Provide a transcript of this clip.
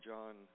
John